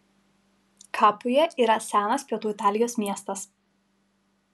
kapuja yra senas pietų italijos miestas